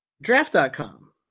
Draft.com